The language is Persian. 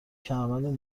کمربند